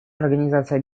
организация